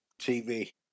TV